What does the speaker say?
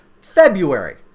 February